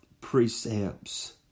precepts